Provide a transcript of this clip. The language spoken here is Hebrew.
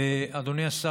אדוני השר,